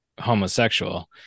homosexual